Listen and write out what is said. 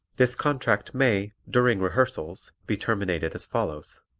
this contract may, during rehearsals, be terminated as follows